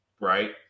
right